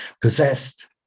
possessed